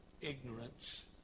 ignorance